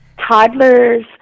Toddlers